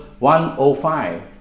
105